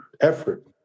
effort